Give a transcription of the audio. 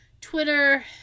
Twitter